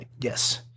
yes